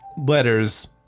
letters